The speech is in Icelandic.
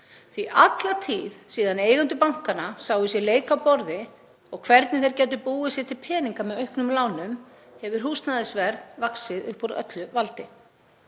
því alla tíð síðan eigendur bankanna sáu sér leik á borði, hvernig þeir gætu búið sér til peninga með auknum lánum, hefur húsnæðisverð vaxið upp úr öllu valdi.